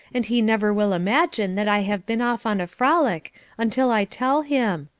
and he never will imagine that i have been off on a frolic until i tell him.